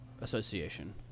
association